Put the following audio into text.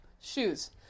shoes